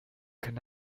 can